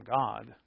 God